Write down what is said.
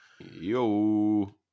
Yo